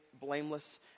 blameless